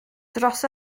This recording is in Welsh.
dros